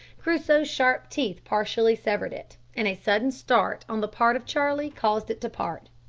crusoe's sharp teeth partially severed it, and a sudden start on the part of charlie caused it to part.